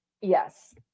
yes